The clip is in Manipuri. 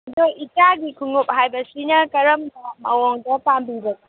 ꯑꯗꯨ ꯏꯆꯥꯒꯤ ꯈꯨꯃꯨꯛ ꯍꯥꯏꯕꯁꯤꯅ ꯀꯔꯝꯕ ꯃꯑꯣꯡꯗ ꯄꯥꯝꯕꯤꯕꯅꯣ